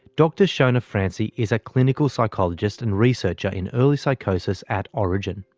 dr shona francey is a clinical psychologist and researcher in early psychosis at orygen.